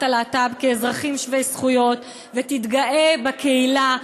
הלהט"ב כאזרחים שווי זכויות ותתגאה בקהילה,